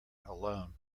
alone